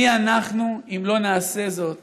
מי אנחנו אם לא נעשה זאת